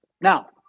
now